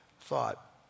thought